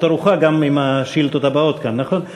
את ערוכה גם עם השאילתות הבאות כאן, נכון?